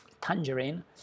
tangerine